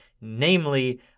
Namely